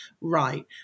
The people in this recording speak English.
right